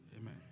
Amen